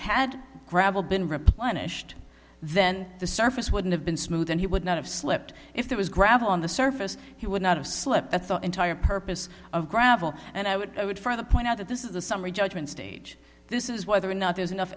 had gravel been replenished then the surface wouldn't have been smooth and he would not have slipped if there was gravel on the surface he would not have slipped at the entire purpose of gravel and i would i would for the point out that this is a summary judgement stage this is whether or not there's enough